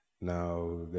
Now